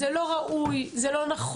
זה לא ראוי, זה לא נכון.